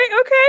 okay